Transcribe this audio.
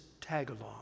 tag-along